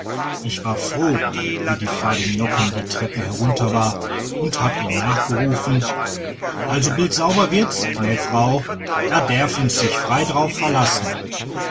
ich war froh wie die fade nocken die treppe herunter war und hab ihr nachgerufen also bildsauber wird's gnä frau da derfen's sich frei drauf verlassen